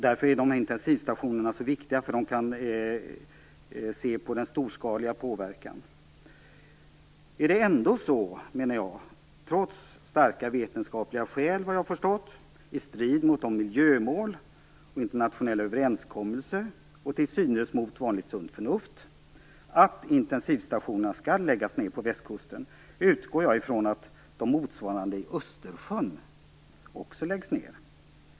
De aktuella intensivstationerna är viktiga eftersom man där kan studera den storskaliga påverkan.. Är det ändå så att intensivstationerna på västkusten skall läggas ned - trots enligt min mening starka vetenskapliga skäl, såvitt jag har förstått i strid med miljömål och internationella överenskommelser och till synes mot vanligt sunt förnuft - utgår jag från att också de motsvarande stationerna i Östersjön läggs ned.